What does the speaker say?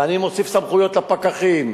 ואני מוסיף סמכויות לפקחים,